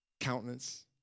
countenance